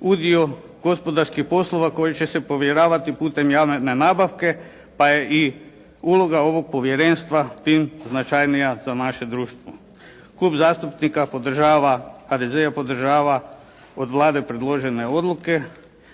udio gospodarskih poslova koji će se povjeravati putem javne nabavke pa je i uloga ovog povjerenstva tim značajnija za naše društvo. Klub zastupnika HDZ-a podržava od Vlade predložene odluke